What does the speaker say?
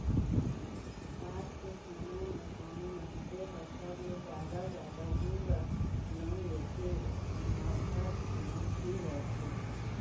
आज के समे म कोनो मनसे ह सबले जादा जादा दिन बर लोन लेथे ओमा घर लोन ही रथे